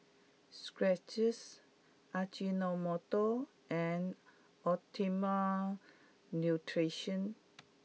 Skechers Ajinomoto and Optimum Nutrition